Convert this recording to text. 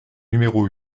numéro